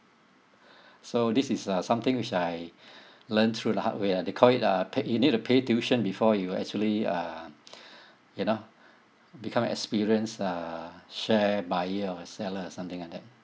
so this is uh something which I learned through the hard way ah they call it uh pay you need to pay tuition before you actually uh you know become experienced uh share buyer or seller or something like that